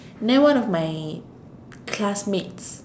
then one of my classmates